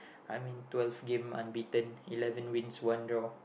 I mean twelve game unbeaten eleven wins one draw